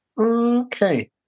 Okay